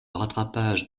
rattrapage